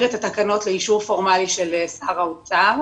את התקנות לאישור פורמלי של שר האוצר,